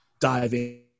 diving